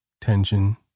tension